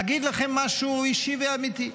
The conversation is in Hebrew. אגיד לכם משהו אישי ואמיתי.